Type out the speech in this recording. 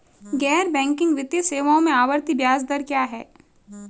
गैर बैंकिंग वित्तीय सेवाओं में आवर्ती ब्याज दर क्या है?